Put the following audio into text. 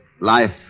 life